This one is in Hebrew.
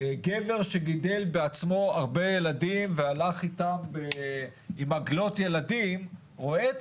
גבר שגידל בעצמו הרבה ילדים והלך איתם עם עגלות ילדים רואה את